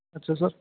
ਅੱਛਾ ਸਰ